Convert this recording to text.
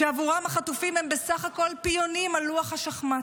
עבורם החטופים הם בסך הכול פיונים על לוח השחמט,